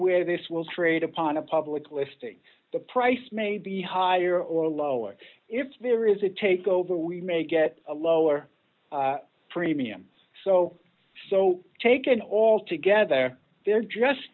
where this will trade upon a public listing the price may be higher or lower if there is a takeover we may get a lower premium so so taken altogether they're just